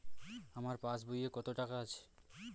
আমার পাস বইয়ে কত টাকা আছে?